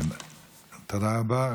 תודה רבה.